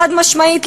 חד-משמעית,